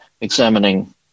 examining